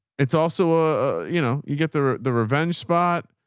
it's also, ah you know, you get the the revenge spot.